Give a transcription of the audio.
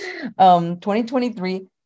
2023